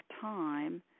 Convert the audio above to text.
time